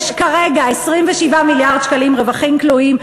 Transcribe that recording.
יש כרגע 27 מיליארד שקלים רווחים כלואים.